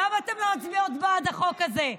למה אתן לא מצביעות בעד החוק הזה?